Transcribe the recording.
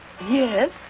Yes